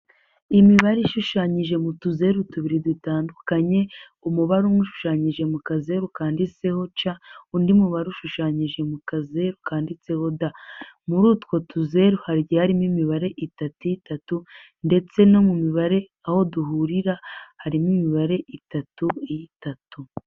Imibare ishushanyije mu tuzeru tubiri dutandukanye umubare umushushanyije mu kazeru kanditseho ca undi mubare ushushanyije mu kazeru kanditseho da muri utwo tuzeru hagiye harimo imibare itatu itatu ndetse no mu mibare aho duhurira harimo imibare itatu itatu.